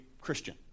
Christian